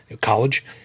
college